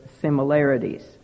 similarities